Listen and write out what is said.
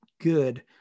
good